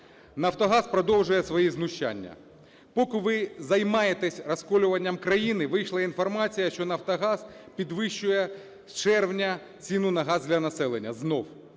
"Нафтогаз" продовжує свої знущання. Поки ви займаєтеся розколюванням країни, вийшла інформація, що "Нафтогаз" підвищує з червня ціну на газ для населення знову.